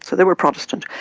so they were protestant,